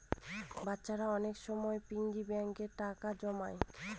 বাচ্চারা অনেক সময় পিগি ব্যাঙ্কে টাকা জমায়